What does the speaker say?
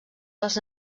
les